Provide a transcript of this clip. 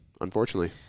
Unfortunately